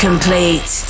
Complete